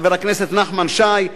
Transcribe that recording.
חבר הכנסת נחמן שי,